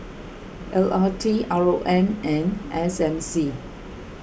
L R T R O M and S M C